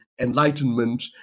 enlightenment